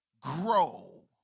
Grow